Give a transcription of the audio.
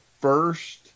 first